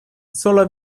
sola